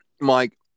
Mike